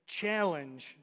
challenge